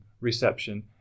reception